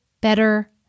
better